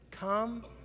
come